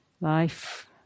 life